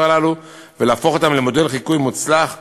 הללו ולהפוך אותם למודל מוצלח לחיקוי,